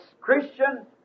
Christian